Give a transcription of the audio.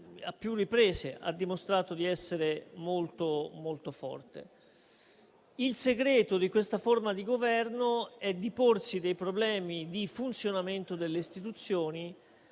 a più riprese ha dimostrato di essere molto, molto forte. Il segreto di questa forma di governo è di porsi problemi di funzionamento delle istituzioni